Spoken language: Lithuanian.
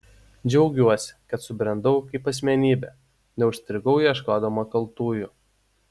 džiaugiuosi kad subrendau kaip asmenybė neužstrigau ieškodama kaltųjų